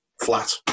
flat